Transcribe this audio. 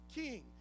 king